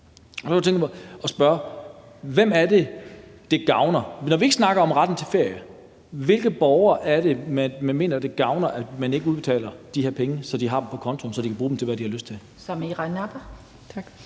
Hvem er det, det gavner? Når vi ikke snakker om retten til ferie, hvilke borgere er det man mener at det gavner at der ikke udbetales de her penge, så de har dem på kontoen, så de kan bruge dem til hvad de har lyst til?